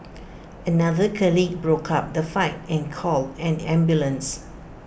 another colleague broke up the fight and called an ambulance